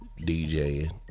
DJing